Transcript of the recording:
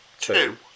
two